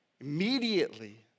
Immediately